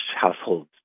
household's